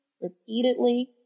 repeatedly